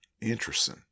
Interesting